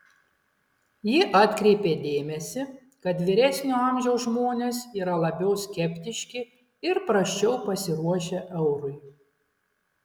ji atkreipė dėmesį kad vyresnio amžiaus žmonės yra labiau skeptiški ir prasčiau pasiruošę eurui